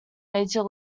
major